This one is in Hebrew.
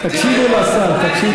תקשיבו לשר, תקשיבו.